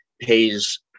pays